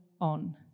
on